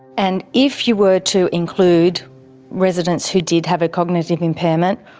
and if you were to include residents who did have a cognitive impairment,